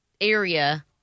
area